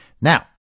Now